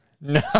no